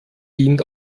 dient